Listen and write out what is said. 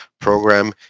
program